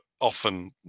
often